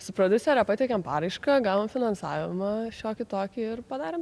su prodiusere pateikė paraišką gavome finansavimą šiokį tokį ir padarėm